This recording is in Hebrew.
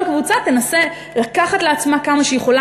כל קבוצה תנסה לקחת לעצמה כמה שהיא יכולה